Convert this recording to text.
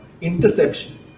interception